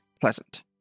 pleasant